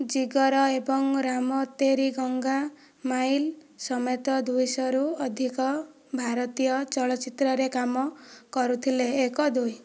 ଜିଗର ଏବଂ ରାମ ତେରି ଗଙ୍ଗା ମାଇଲ୍ ସମେତ ଦୁଇଶରୁ ଅଧିକ ଭାରତୀୟ ଚଳଚ୍ଚିତ୍ରରେ କାମ କରୁଥିଲେ ଏକ ଦୁଇ